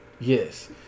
Yes